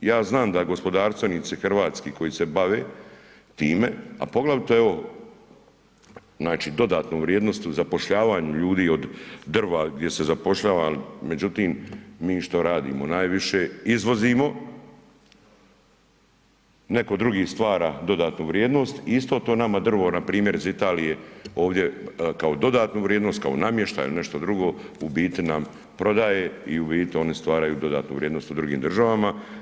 Ja znam da gospodarstvenici hrvatski koji se bave time a poglavito evo znači dodatnu vrijednost u zapošljavanju ljudi od drva gdje se zapošljava međutim mi što radimo, najviše izvozimo, netko drugi stvara dodatnu vrijednost i isto to nama drvo npr. iz Italije ovdje kao dodatnu vrijednost, kao namještaj ili nešto drugo, u biti nam prodaje i u biti oni stvaraju dodatnu vrijednost u drugim državama.